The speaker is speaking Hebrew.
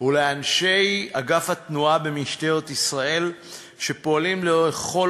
ולאנשי אגף התנועה במשטרת ישראל שפועלים לכל